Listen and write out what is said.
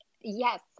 yes